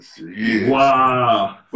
Wow